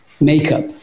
makeup